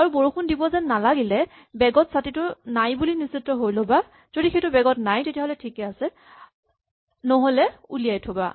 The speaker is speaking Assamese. আৰু বৰষুণ দিব যেন নালাগিলে বেগত ছাতিটো নাই বুলি নিশ্চিত হৈ ল'বা যদি সেইটো বেগত নাই তেতিয়াহ'লে ঠিকে আছে নহ'লে উলিয়াই থবা